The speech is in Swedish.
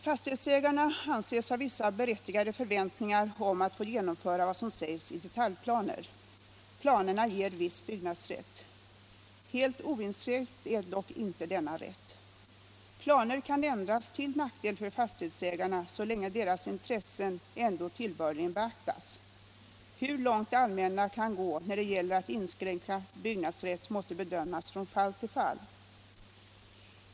Fastighetsägarna anses ha vissa berättigade förväntningar om att få genomföra vad som sägs i detaljplaner. Planerna ger viss byggnadsrätt. Helt oinskränkt är dock inte denna rätt. Planer kan ändras till nackdel för fastighetsägarna så länge deras intressen ändå tillbörligen beaktas. Hur långt det allmänna kan gå när det gäller att inskränka byggnadsrätt måste bedömas från fall till fall.